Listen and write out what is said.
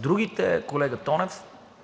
Другите, колега Тонев,